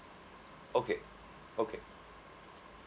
okay okay